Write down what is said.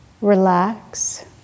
Relax